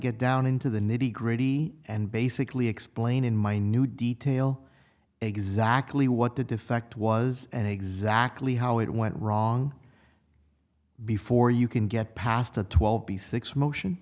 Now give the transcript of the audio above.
get down into the nitty gritty and basically explain in minute detail exactly what the defect was and exactly how it went wrong before you can get past the twelve b six motion